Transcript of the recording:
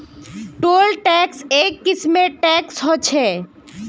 toll tax एक किस्मेर tax ह छः